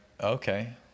okay